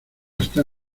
está